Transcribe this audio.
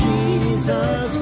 Jesus